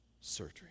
surgery